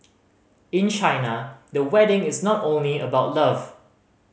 in China the wedding is not only about love